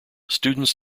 students